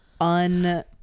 Un-